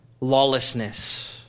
lawlessness